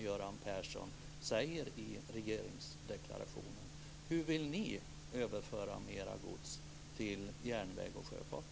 Göran Persson säger i regeringsdeklarationen. Hur vill ni överföra mera gods till järnväg och sjöfart?